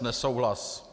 Nesouhlas.